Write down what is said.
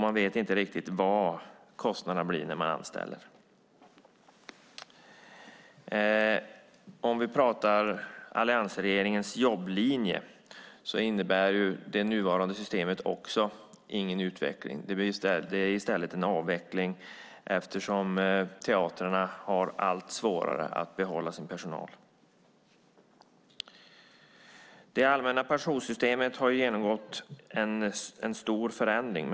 Man vet inte riktigt vad kostnaderna blir när man anställer. Om vi pratar alliansregeringens jobblinje innebär det nuvarande systemet ingen utveckling. Det är i stället en avveckling, eftersom teatrarna har allt svårare att behålla sin personal. Det allmänna pensionssystemet har genomgått en stor förändring.